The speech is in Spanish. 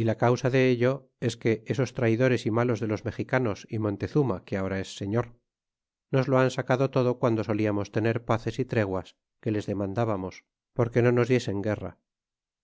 y la causa dello es que esos traydores y malos de los mexicanos y nontezuma que ahora es señor nos lo han sacado todo guando soliamos tener pazes y treguas que les demandábamos porque lomos diesen guerra